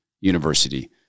university